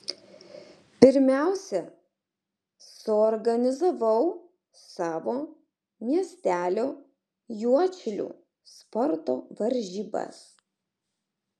pirmiausia suorganizavau savo miestelio juodšilių sporto varžybas